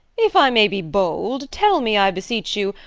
if i may be bold, tell me, i beseech you,